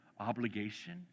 obligation